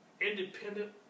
independent